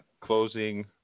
closing